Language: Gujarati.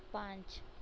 પાંચ